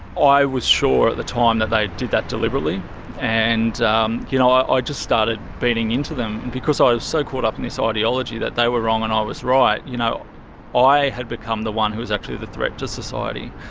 i was sure at the time that they did that deliberately and um you know i just started beating into them. and because i was so caught up in this ideology that they were wrong and i was right, you know i had become the one who was actually the threat to society,